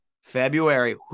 February